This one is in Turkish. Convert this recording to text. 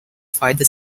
fayda